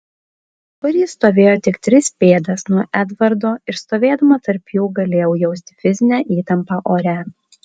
dabar jis stovėjo tik tris pėdas nuo edvardo ir stovėdama tarp jų galėjau jausti fizinę įtampą ore